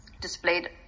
displayed